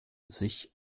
sich